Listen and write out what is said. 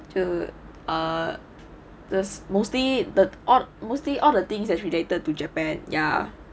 to err this mostly that are mostly order things as related to japan ya